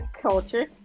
culture